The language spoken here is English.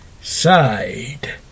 Side